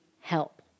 help